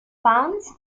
pounds